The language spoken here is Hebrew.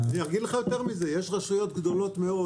אני אגיד לך יותר מזה: יש רשויות גדולות מאוד